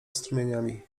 strumieniami